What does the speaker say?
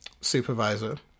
supervisor